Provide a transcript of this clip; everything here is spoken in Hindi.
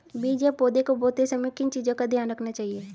बीज या पौधे को बोते समय किन चीज़ों का ध्यान रखना चाहिए?